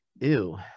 Ew